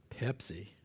Pepsi